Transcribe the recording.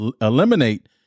eliminate